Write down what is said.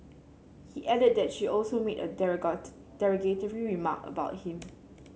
he added that she also made a derogatory remark about him